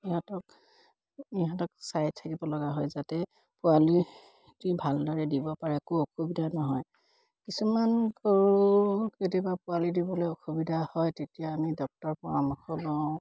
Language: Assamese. ইহঁতক ইহঁতক চাই থাকিব লগা হয় যাতে পোৱালিটি ভালদৰে দিব পাৰে একো অসুবিধা নহয় কিছুমান গৰু কেতিয়াবা পোৱালি দিবলৈ অসুবিধা হয় তেতিয়া আমি ডক্তৰৰ পৰামৰ্শ লওঁ